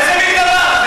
ואת יורדת.